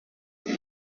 path